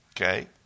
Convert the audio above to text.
okay